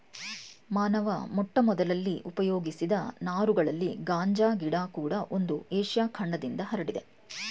ಮಾನವ ಮೊಟ್ಟಮೊದಲಲ್ಲಿ ಉಪಯೋಗಿಸಿದ ನಾರುಗಳಲ್ಲಿ ಗಾಂಜಾ ಗಿಡ ಕೂಡ ಒಂದು ಏಷ್ಯ ಖಂಡದಿಂದ ಹರಡಿದೆ